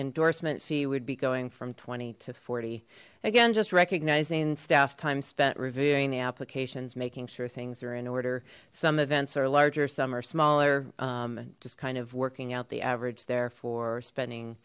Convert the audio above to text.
endorsement fee would be going from twenty to forty again just recognizing staff time spent reviewing the applications making sure things are in order some events are larger some are smaller just kind of working out the average therefore spending